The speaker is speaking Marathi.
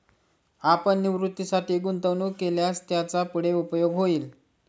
आपण निवृत्तीसाठी गुंतवणूक केल्यास त्याचा पुढे उपयोग होईल